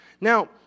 Now